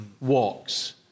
walks